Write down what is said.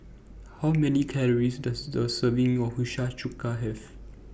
How Many Calories Does A Serving of Hiyashi Chuka Have